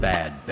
Bad